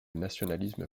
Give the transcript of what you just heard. nationalisme